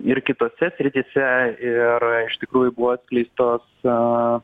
ir kitose srityse ir iš tikrųjų buvo atskleistos